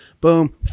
boom